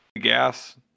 gas